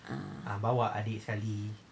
ah